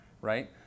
right